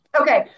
Okay